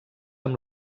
amb